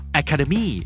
academy